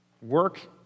work